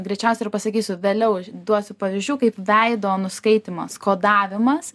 greičiausiai ir pasakysiu vėliau duosiu pavyzdžių kaip veido nuskaitymas kodavimas